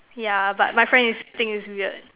yeah but my friend is think it's weird